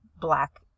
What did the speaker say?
black